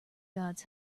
gods